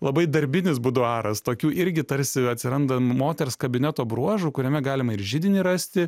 labai darbinis buduaras tokių irgi tarsi atsiranda moters kabineto bruožų kuriame galima ir židinį rasti